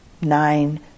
Nine